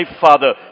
Father